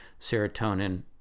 serotonin